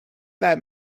that